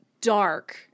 dark